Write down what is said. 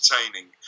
entertaining